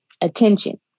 attention